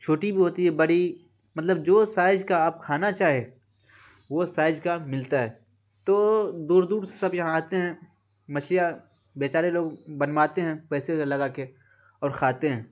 چھوٹی وہ ہوتی ہے بڑی مطلب جو سائز کا آپ کھانا چاہیں وہ سائز کا ملتا ہے تو دور دور سے سب یہاں آتے ہیں مچھلیاں بیچارے لوگ بنواتے ہیں پیسے وغیرہ لگا کے اور کھاتے ہیں